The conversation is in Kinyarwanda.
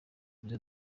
bwiza